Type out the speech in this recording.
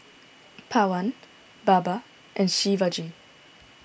Pawan Baba and Shivaji